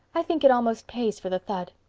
i think it almost pays for the thud.